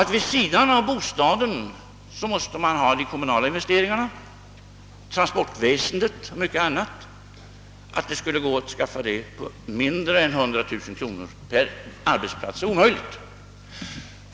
Till kostnaden för bostaden kommer de kommunala investeringarna, investeringarna i transportväsendet och mycket annat. Dessa investeringar understiger inte 100 000 kronor per arbetsplats.